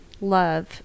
love